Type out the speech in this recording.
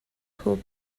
hoop